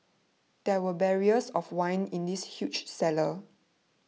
there were barrels of wine in this huge cellar